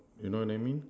you know what I mean